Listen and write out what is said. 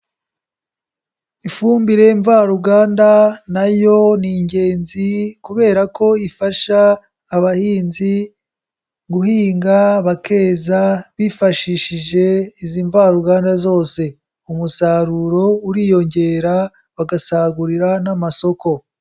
Ifumbire mvaruganda na yo ni ingenzi kubera ko ifasha abahinzi guhinga bakeza, bifashishije izi mvaruganda zose. Umusaruro uriyongera, bagasagurira n'amasoko.